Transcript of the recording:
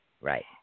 Right